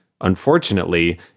unfortunately